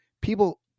people